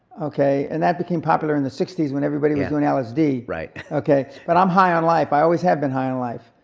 okay, and that became popular in the sixty s when everybody was doing lsd, okay. but i'm high on life. i always have been high on life.